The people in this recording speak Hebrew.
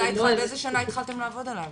באיזו שנה התחלתם לעבוד עליו?